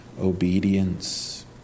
obedience